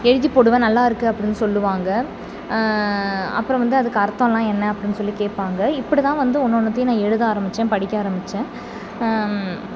எழுதி போடுவேன் நல்லா இருக்குது அப்படின் சொல்லுவாங்க அப்புறம் வந்து அதுக்கு அர்த்தம்லாம் என்ன அப்படின்னு சொல்லி கேட்பாங்க இப்படி தான் வந்து ஒன்று ஒன்றுத்தையும் நான் எழுத ஆரம்பித்தேன் படிக்க ஆரம்பித்தேன்